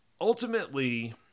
ultimately